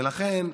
ולכן,